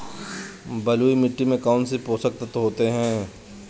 बलुई मिट्टी में कौनसे पोषक तत्व होते हैं?